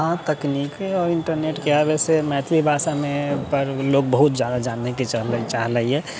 हँ तकनीकके आओर इन्टरनेटके आबैसँ मैथिली भाषामे पर लोक बहुत ज्यादा जानैके चाहलैए